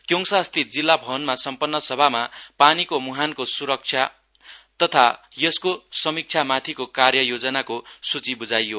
क्योङसास्थित जिल्ला भवनमा सम्पन्न सभामा पानीको म्हानको संरक्षण तथा यसको समिक्षामाथिको कार्य योजनाको सूचि ब्झायो